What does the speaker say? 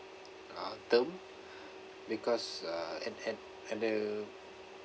uh term because uh and and and the